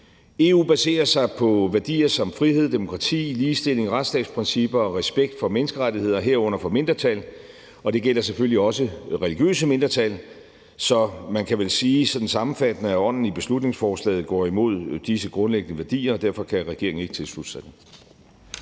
EU baserer sig på værdier som frihed, demokrati, ligestilling, retsstatsprincipper og respekt for menneskerettigheder, herunder for mindretal, og det gælder selvfølgelig også religiøse mindretal. Så man kan vel sige sådan sammenfattende, at ånden i beslutningsforslaget går imod disse grundlæggende værdier, og derfor kan regeringen ikke tilslutte sig